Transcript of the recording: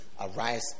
Arise